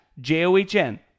j-o-h-n